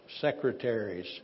secretaries